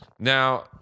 Now